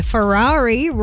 Ferrari